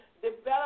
develop